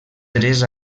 tres